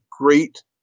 great